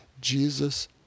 Jesus